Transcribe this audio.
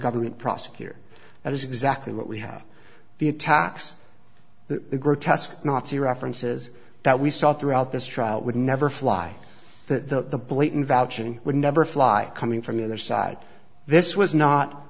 government prosecutor that is exactly what we have the attacks the grotesque nazi references that we saw throughout this trial would never fly that the blatant vouching would never fly coming from the other side this was not